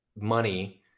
money